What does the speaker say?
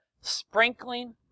sprinkling